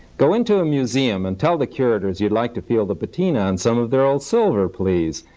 go into a museum and tell the curators you'd like to feel the patina on some of their old silver, please,